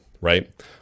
right